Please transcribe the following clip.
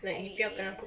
!aiya!